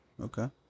Okay